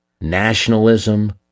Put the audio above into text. nationalism